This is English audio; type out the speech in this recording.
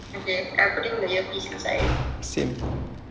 okay I'm put in the earpiece inside